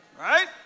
Right